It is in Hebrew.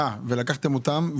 ולקחתם אותם?